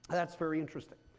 that's very interesting.